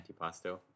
antipasto